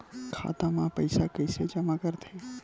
खाता म पईसा कइसे जमा करथे?